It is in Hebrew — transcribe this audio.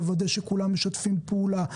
לוודא שכולם משתפים פעולה,